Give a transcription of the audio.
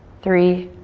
three,